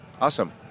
Awesome